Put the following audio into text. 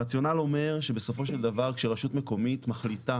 הרציונל אומר שבסופו של דבר שרשות מקומית מחליטה